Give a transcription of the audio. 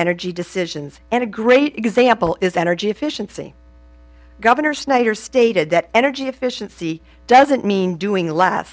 energy decisions and a great example is energy efficiency governor snyder stated that energy efficiency doesn't mean doing less